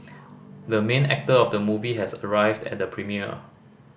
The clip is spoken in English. the main actor of the movie has arrived at the premiere